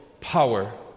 power